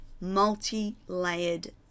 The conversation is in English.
multi-layered